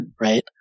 right